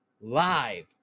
live